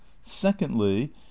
Secondly